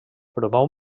promou